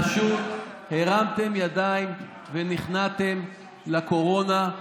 פשוט הרמתם ידיים ונכנעתם לקורונה.